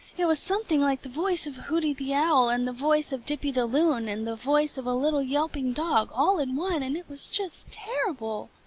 it was something like the voice of hooty the owl and the voice of dippy the loon and the voice of a little yelping dog all in one, and it was just terrible!